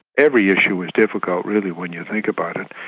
every issue was difficult really, when you think about it.